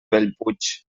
bellpuig